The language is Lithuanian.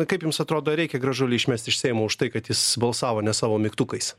kaip jums atrodo ar reikia gražulį išmest iš seimo už tai kad jis balsavo ne savo mygtukais